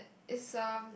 is um